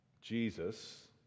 Jesus